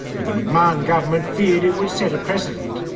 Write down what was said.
but the mcmahon government feared it would set a precedent.